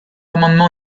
amendement